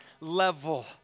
level